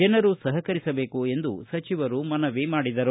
ಜನರು ಸಹಕರಿಸಬೇಕು ಎಂದು ಸಚಿವರು ಮನವಿ ಮಾಡಿದರು